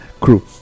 crew